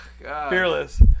Fearless